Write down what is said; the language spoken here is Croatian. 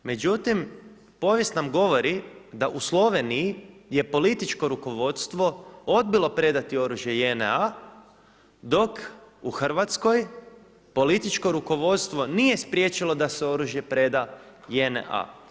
Međutim, povijest nam govori da u Sloveniji je političko rukovodstvo odbilo predati oružje JNA, dok u Hrvatskoj političko rukovodstvo nije spriječilo da se oružje preda JNA.